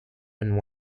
and